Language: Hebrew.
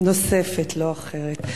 נוספת, לא אחרת.